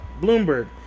Bloomberg